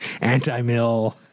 anti-mill